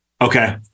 Okay